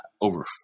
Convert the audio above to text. over